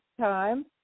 time